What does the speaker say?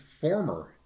former